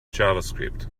javascript